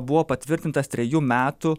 buvo patvirtintas trejų metų